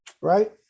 Right